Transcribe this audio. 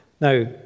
Now